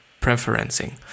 preferencing